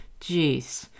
Jeez